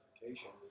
notification